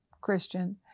Christian